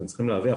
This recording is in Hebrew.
אתם צריכים להבין.